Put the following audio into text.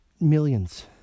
millions